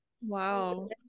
wow